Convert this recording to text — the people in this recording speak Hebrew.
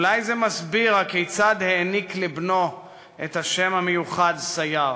ואולי זה מסביר הכיצד העניק לבנו את השם המיוחד סייר.